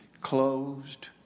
closed